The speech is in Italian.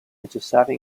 necessaria